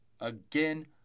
again